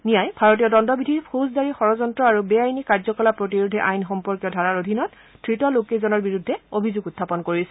নিয়াই ভাৰতীয় দণ্ডবিধিৰ ফৌজদাৰী ষড়যন্ত্ৰ আৰু বেআইনী কাৰ্যকলাপ প্ৰতিৰোধী আইন সম্পৰ্কীয় ধাৰাৰ অধীনত ধৃত লোককেইজনৰ বিৰুদ্ধে অভিযোগ উখাপন কৰিছে